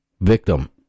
victim